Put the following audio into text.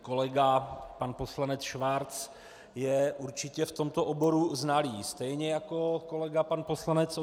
Kolega pan poslanec Schwarz je určitě v tomto oboru znalý, stejně jako kolega pan poslanec Ondráček.